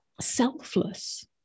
selfless